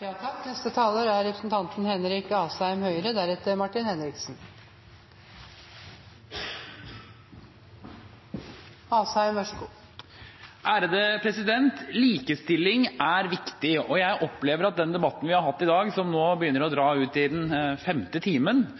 Likestilling er viktig, og jeg opplever at den debatten vi har hatt i dag, som nå begynner å dra ut i den femte timen,